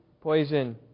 poison